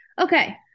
Okay